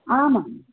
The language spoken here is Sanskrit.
आमाम्